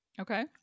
Okay